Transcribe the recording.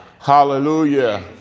Hallelujah